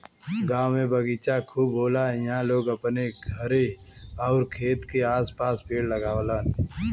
गांव में बगीचा खूब होला इहां लोग अपने घरे आउर खेत के आस पास पेड़ लगावलन